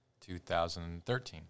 2013